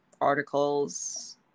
articles